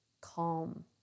calm